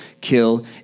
kill